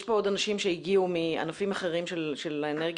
יש כאן עוד אנשים שהגיעו מענפים אחרים של אנרגיה